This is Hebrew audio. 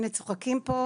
הנה, צוחקים פה.